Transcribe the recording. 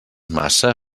maça